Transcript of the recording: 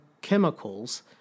chemicals